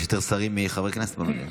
יש יותר שרים מחברי כנסת במליאה.